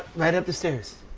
right up the stairs.